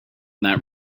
that